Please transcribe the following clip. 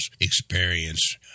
experience